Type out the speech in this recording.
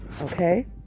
okay